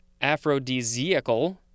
aphrodisiacal